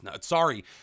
Sorry